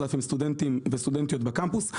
אלפים סטודנטים וסטודנטיות בקמפוס.